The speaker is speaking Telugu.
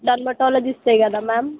డెర్మటాలజిస్టే కదా మ్యామ్